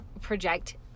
project